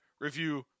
review